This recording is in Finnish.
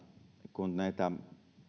kun näitä